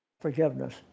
forgiveness